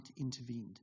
intervened